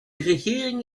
regering